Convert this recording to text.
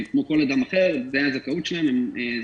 כמו כל אדם אחר, הזכאות שלהם זהה.